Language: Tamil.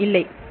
இல்லை